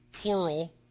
plural